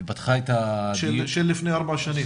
של לפני ארבע שנים.